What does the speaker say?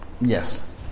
Yes